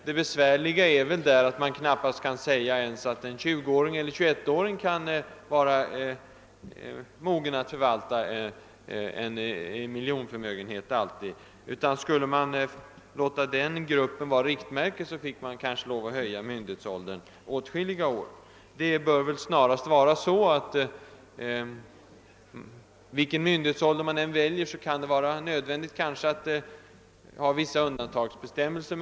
Det besvärliga är väl att man knappast ens kan säga att 20 eller 21-åringar alltid är mogna att förvalta t.ex. en miljonförmögenhet. Skulle man låta denna grupp vara riktmärke, blev man kanske tvungen att höja myndighetsåldern åtskilliga år. Vilken myndighetsålder man än väljer kan det bli nödvändigt att införa vissa undantagsbestämmelser.